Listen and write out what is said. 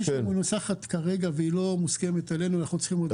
שהיא מנוסחת כרגע והיא לא מוסכמת עלינו.